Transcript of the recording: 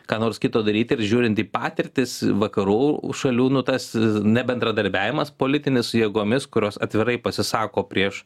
ką nors kito daryt ir žiūrint į patirtis vakarų šalių nu tas nebendradarbiavimas politinis su jėgomis kurios atvirai pasisako prieš